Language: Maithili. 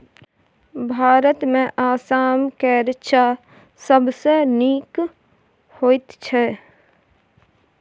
भारतमे आसाम केर चाह सबसँ नीक होइत छै